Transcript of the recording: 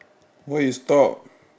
why you stop